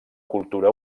cultura